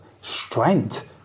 strength